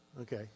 Okay